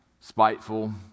spiteful